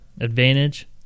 advantage